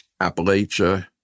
Appalachia